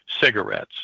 cigarettes